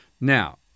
Now